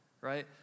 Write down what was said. right